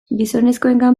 gizonezkoengan